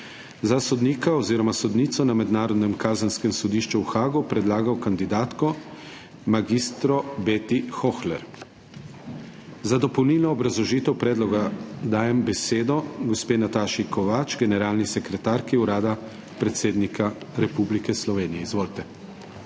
kandidatke za sodnico na Mednarodnem kazenskem sodišču v Haagu predlagal kandidatko mag. Beti Hohler. Za dopolnilno obrazložitev predloga dajem besedo gospe Nataši Kovač, generalni sekretarki Urada predsednika Republike Slovenije. Izvolite.